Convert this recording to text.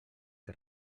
que